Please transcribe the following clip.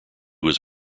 was